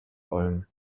olm